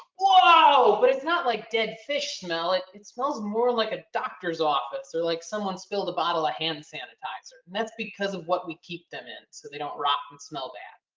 whoa. but it's not like dead fish smell it. it smells more like a doctor's office or like someone spilled a bottle of ah hand sanitizer and that's because of what we keep them in, so they don't rot and smell bad.